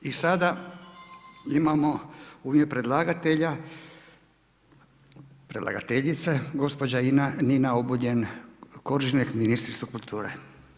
I sada imamo u ime predlagatelja, predlagateljica gospođa Nina Obuljen Koržinek, ministricu kulture.